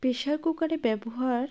pressure কুকারের ব্যবহার